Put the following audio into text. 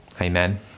amen